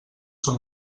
són